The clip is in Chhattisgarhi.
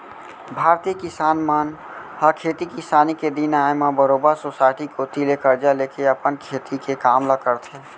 भारतीय किसान मन ह खेती किसानी के दिन आय म बरोबर सोसाइटी कोती ले करजा लेके अपन खेती के काम ल करथे